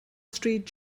stryd